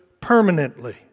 permanently